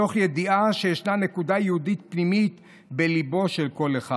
מתוך ידיעה שישנה נקודה יהודית פנימית בליבו של כל אחד.